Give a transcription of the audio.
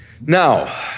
Now